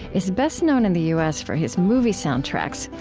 is best known in the u s. for his movie soundtracks.